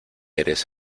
eres